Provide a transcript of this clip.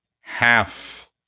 half